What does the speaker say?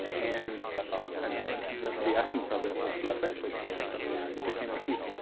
and and the the essence of it was my facebook post, so it became a piece.